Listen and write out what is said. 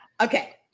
Okay